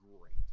great